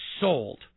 sold